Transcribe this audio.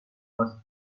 first